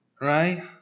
Right